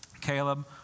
Caleb